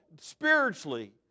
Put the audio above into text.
spiritually